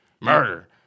Murder